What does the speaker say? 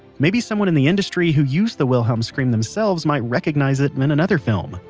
maybe someone in the industry who used the wilhelm scream themselves might recognize it and in another film,